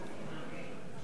ואמר ביושר: